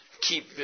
keep